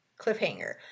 cliffhanger